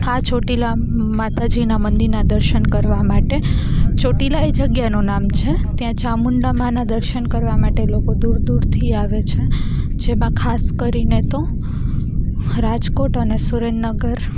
આ ચોટીલા માતાજીનાં મંદિરનાં દર્શન કરવા માટે ચોટીલા એ જગ્યાનું નામ છે ત્યાં ચામુંડા માનાં દર્શન કરવા માટે લોકો દૂર દૂરથી આવે છે જેમાં ખાસ કરીને તો રાજકોટ અને સુરેન્દ્રનગર